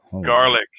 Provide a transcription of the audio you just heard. garlic